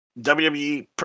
WWE